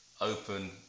open